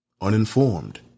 uninformed